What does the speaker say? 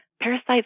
parasites